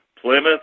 Plymouth